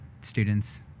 students